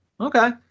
Okay